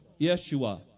Yeshua